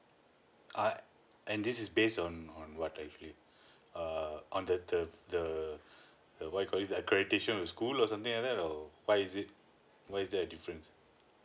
I and this is based on on what actually err on the the the the what you call this that of school or something like that or why is it why is there a difference